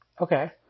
okay